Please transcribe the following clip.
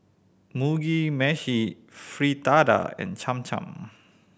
Mugi Meshi Fritada and Cham Cham